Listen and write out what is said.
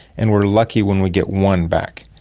and we are lucky when we get one back.